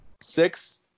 Six